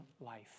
life